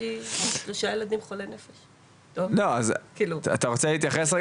אתה רוצה להתייחס?